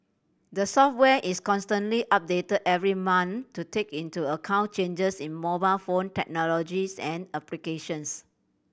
the software is constantly update every month to take into account changes in mobile phone technologies and applications